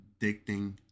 addicting